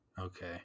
Okay